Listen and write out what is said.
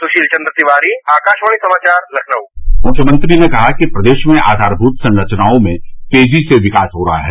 सुशील चन्द्र तिवारी आकाशवाणी समाचार लखनऊ मुख्यमंत्री ने कहा कि प्रदेश में आधारभूत संरचनाओं में तेजी से विकास हो रहा है